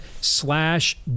slash